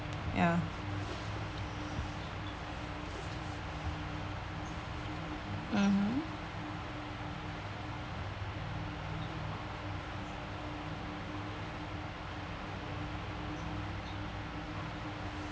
ya mmhmm